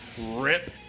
RIP